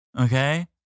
Okay